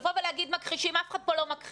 לבוא ולהגיד מכחישים, אף אחד פה לא מכחיש.